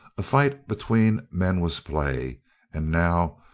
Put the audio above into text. a fight between men was play and now,